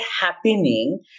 happening